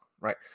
Right